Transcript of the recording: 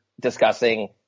discussing